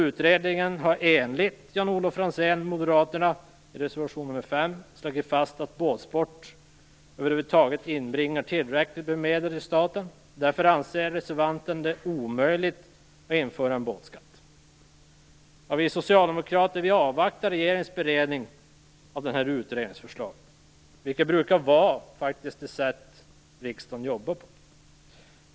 Utredningen har, enligt Jan-Olof Franzén från Moderaterna i reservation nr 5, slagit fast att båtsport över huvud taget inbringar tillräckligt med medel till staten. Därför anser reservanten att det är omöjligt att införa en båtskatt. Vi socialdemokrater avvaktar regeringens beredning av detta utredningsförslag, vilket brukar vara det sätt riksdagen jobbar på.